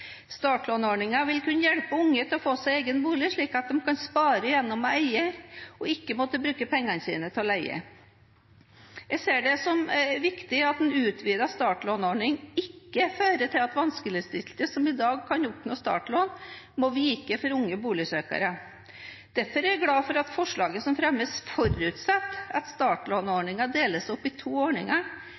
vil kunne hjelpe unge til å få seg egen bolig, slik at de kan spare gjennom å eie og ikke måtte bruke pengene sine til å leie. Jeg ser det som viktig at en utvidet startlånsordning ikke fører til at vanskeligstilte som i dag kan oppnå startlån, må vike for unge boligsøkere. Derfor er jeg glad for at forslaget som fremmes, forutsetter at startlånsordningen deles opp i to ordninger: